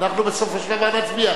אנחנו בסופו של דבר נצביע.